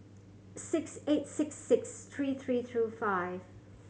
six eight six six three three two five